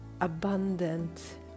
abundant